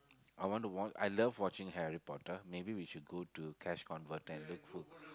I want to want I love watching Harry-Potter maybe we should go to Cash-Converter and look full